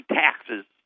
taxes